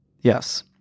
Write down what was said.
yes